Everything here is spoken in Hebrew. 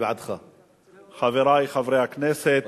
חברי חברי הכנסת,